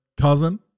cousin